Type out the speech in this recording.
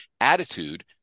attitude